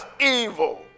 evil